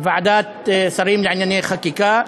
ועדת שרים לענייני חקיקה.